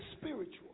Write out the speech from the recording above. spiritual